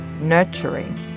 nurturing